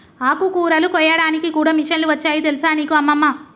ఆకుకూరలు కోయడానికి కూడా మిషన్లు వచ్చాయి తెలుసా నీకు అమ్మమ్మ